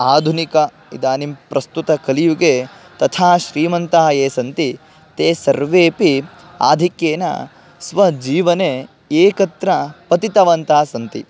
आधुनिके इदानीं प्रस्तुतकलियुगे तथा श्रीमन्तः ये सन्ति ते सर्वेपि आधिक्येन स्वजीवने एकत्र पतितवन्तः सन्ति